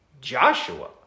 Joshua